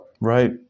Right